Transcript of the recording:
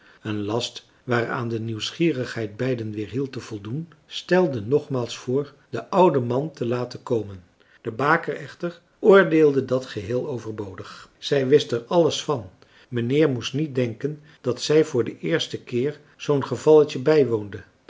een last waaraan de nieuwsgierigheid beiden weerhield te voldoen stelde nogmaals voor den ouden man te laten komen de baker echter oordeelde dat geheel overbodig zij wist er alles van mijnheer moest niet denken dat zij voor den eersten keer zoo'n gevalletje bijwoonde